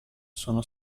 sono